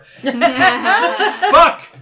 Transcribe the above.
Fuck